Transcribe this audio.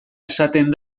esaten